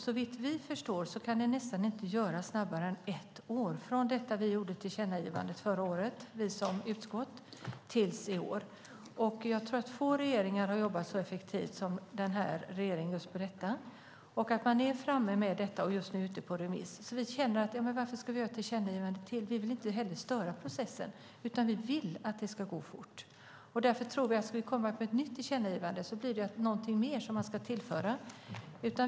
Såvitt vi förstår kan det nästan inte göras snabbare än på ett år, och vi som utskott gjorde det förra tillkännagivandet i fjol. Jag tror att få regeringar har jobbat så effektivt som den här regeringen med detta. Just nu är det ute på remiss. Varför göra ett tillkännagivande till? Vi vill inte störa processen, utan vi vill att det ska gå fort. Kommer det ett nytt tillkännagivande blir det någonting mer som man ska tillföra.